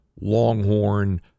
Longhorn